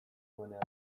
duenean